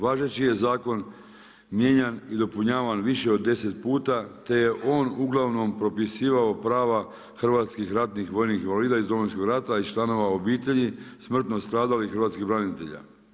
Važeći je zakon mijenjan i dopunjavan više od 10 puta te je on uglavnom propisivao prava hrvatskih ratnih vojnih invalida iz Domovinskog rata i članova obitelji, smrtno stradalih hrvatskih branitelja.